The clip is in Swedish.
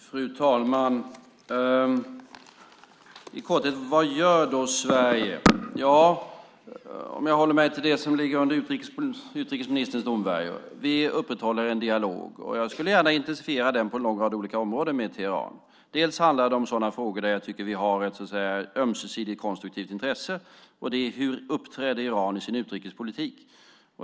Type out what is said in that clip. Fru talman! I korthet: Vad gör då Sverige? Ja, om jag håller mig till det som ligger under utrikesministerns domvärjo upprätthåller vi en dialog. Jag skulle gärna intensifiera den på en lång rad olika områden med Teheran. Det handlar till exempel om frågor där jag tycker att vi har ett så att säga ömsesidigt, konstruktivt intresse, och det gäller hur Iran uppträder i sin utrikespolitik.